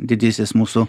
didysis mūsų